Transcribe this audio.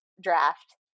draft